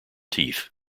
teeth